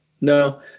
no